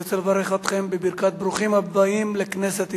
אני רוצה לברך אתכם בברכת ברוכים הבאים לכנסת ישראל.